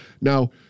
Now